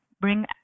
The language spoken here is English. bring